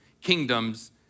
kingdoms